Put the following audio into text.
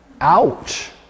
Ouch